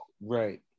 Right